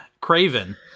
Craven